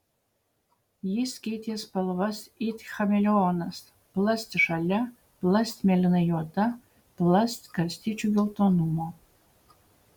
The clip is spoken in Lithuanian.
jis keitė spalvas it chameleonas plast žalia plast mėlynai juoda plast garstyčių geltonumo